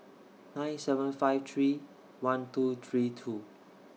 nine seven five three one two three two